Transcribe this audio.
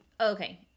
Okay